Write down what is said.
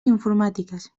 informàtiques